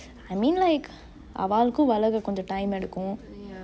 I mean like அவாலுக்கு வலர கொஞ்சொ:avaaluku valare konjo time எடுக்கு:edukku